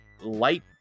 Light